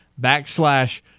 Backslash